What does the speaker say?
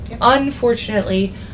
unfortunately